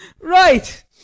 right